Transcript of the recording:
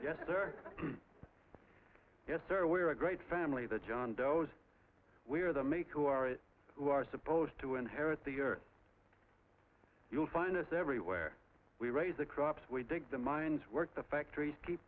you yes sir we are a great family the john doe's we are the make who are who are supposed to inherit the earth you'll find us everywhere we raise the crops we dig the mines work the factories keep